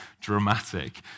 dramatic